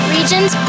Regions